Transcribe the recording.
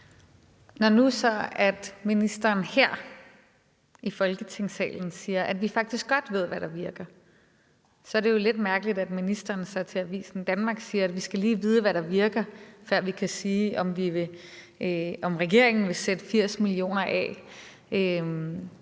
Når nu ministeren her i Folketingssalen siger, at vi faktisk godt ved, hvad der virker, så er det jo lidt mærkeligt, at ministeren til Avisen Danmark siger, at vi lige skal vide, hvad der virker, før vi kan sige, om regeringen vil sætte 80 mio. kr.